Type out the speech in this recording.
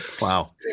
Wow